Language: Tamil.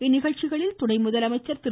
இந்நிகழ்ச்சிகளில் துணை முதலமைச்சர் திரு